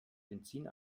benzin